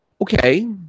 Okay